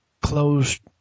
closed